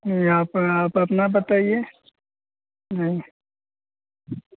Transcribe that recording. यहाँ पर आप अपना बताइए नहीं